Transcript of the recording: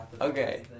Okay